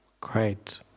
great